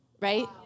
right